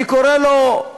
אני קורא לו,